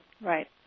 Right